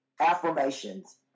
affirmations